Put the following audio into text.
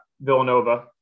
Villanova